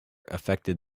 affected